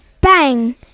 Bang